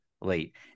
late